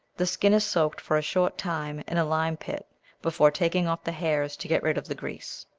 the skin is soaked for a short time in a lime-pit before taking off the hairs, to get rid of the grease.